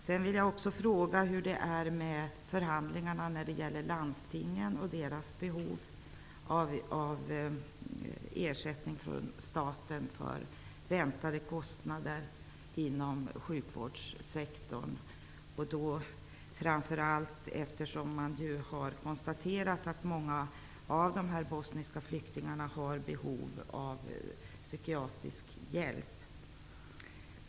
Jag vill också fråga hur det går med förhandlingarna när det gäller landstingen och deras behov av ersättning från staten för väntade kostnader inom sjukvårdssektorn. Man har ju konstaterat att många av de bosniska flyktingarna har behov av psykiatrisk hjälp.